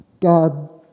God